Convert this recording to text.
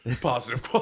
positive